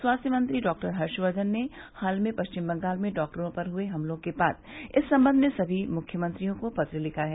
स्वास्थ्य मंत्री डॉक्टर हर्षकर्धन ने हाल में पश्चिम बंगाल में डॉक्टरों पर हुए हमलों के बाद इस संबंध में सभी मुख्यमंत्रियों को पत्र लिखा है